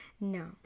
no